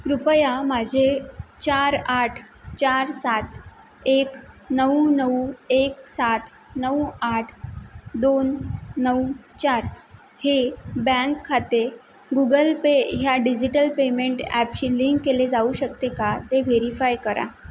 कृपया माझे चार आठ चार सात एक नऊ नऊ एक सात नऊ आठ दोन नऊ चार हे बँक खाते गुगल पे ह्या डिजिटल पेमेंट ॲपशी लिंक केले जाऊ शकते का ते व्हेरीफाय करा